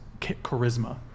charisma